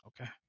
Okay